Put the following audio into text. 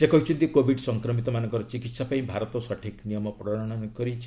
ସେ କହିଛନ୍ତି କୋବିଡ୍ ସଂକ୍ରମିତମାନଙ୍କର ଚିକିତ୍ସା ପାଇଁ ଭାରତ ସଠିକ୍ ନିୟମ ପ୍ରଣୟନ କରିଛି